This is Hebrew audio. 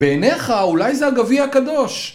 בעיניך אולי זה הגביע הקדוש